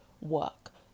work